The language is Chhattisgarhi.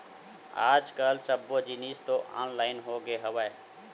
आज कल सब्बो जिनिस तो ऑनलाइन होगे हवय